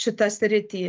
šitą sritį